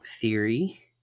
theory